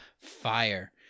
fire